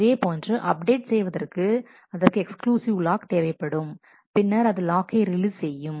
இதேபோன்று அப்டேட் செய்வதற்கு அதற்கு எக்ஸ்க்ளூசிவ் லாக் தேவைப்படும் பின்னர் அது லாக்கை ரிலீஸ் செய்யும்